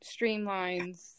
streamlines